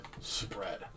spread